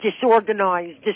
disorganized